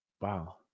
wow